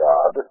God